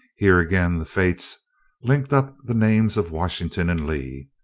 here again the fates linked up the names of washington and lee.